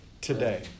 today